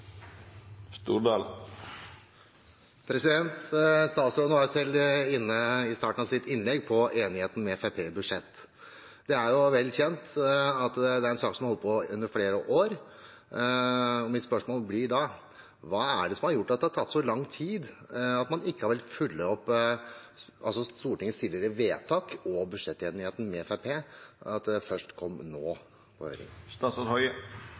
Statsråden var i starten av sitt innlegg selv inne på enigheten med Fremskrittspartiet i budsjettet. Det er vel kjent at det er en sak man har holdt på med i flere år. Mitt spørsmål blir da: Hva er det som har gjort at det har tatt så lang tid, at man ikke har fulgt opp Stortingets tidligere vedtak og budsjettenigheten med Fremskrittspartiet og at det først kommer på høring nå?